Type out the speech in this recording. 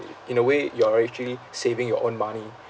in a way you're actually saving your own money